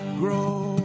grow